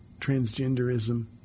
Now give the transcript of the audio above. transgenderism